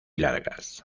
largas